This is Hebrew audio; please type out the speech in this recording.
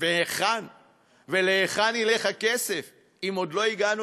מהיכן ולהיכן ילך הכסף אם עוד לא הגענו